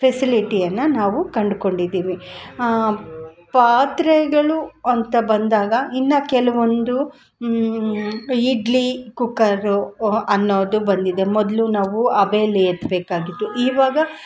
facility ಅನ್ನು ನಾವು ಕಂಡುಕೊಂಡಿದೀವಿ ಪಾತ್ರೆಗಳು ಅಂತ ಬಂದಾಗ ಇನ್ನು ಕೆಲವೊಂದು ಇಡ್ಲಿ ಕುಕ್ಕರು ಅನ್ನೋದು ಬಂದಿದೆ ಮೊದಲು ನಾವು ಹಬೇಲಿ ಎತ್ತಬೇಕಾಗಿತ್ತು ಇವಾಗ